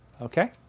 Okay